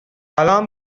alarm